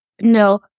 no